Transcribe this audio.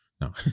No